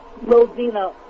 Rosina